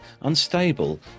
unstable